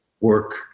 work